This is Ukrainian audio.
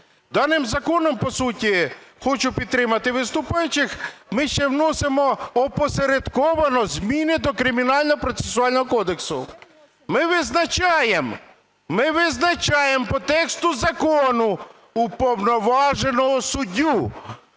Даним законом, по суті, хочу підтримати виступаючих, ми ще вносимо опосередковано зміни до Кримінального процесуального кодексу. Ми визначаємо, ми визначаємо по тексту закону уповноваженого суддю.